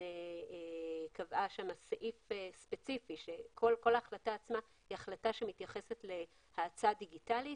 קבעה שם סעיף ספציפי שכל ההחלטה עצמה היא החלטה שמתייחסת להצעה דיגיטלית